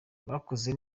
bakoze